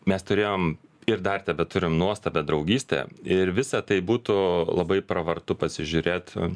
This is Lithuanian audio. mes turėjom ir dar tebeturim nuostabią draugystę ir visa tai būtų labai pravartu pasižiūrėt